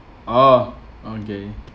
oh okay